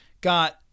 got